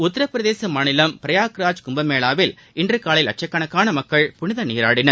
உத்தரபிரதேச மாநிலம் பிரயாக்ராஜ் கும்பமேளாவில் இன்று காலை லட்சக்கணக்கான மக்கள் புனித நீராடின்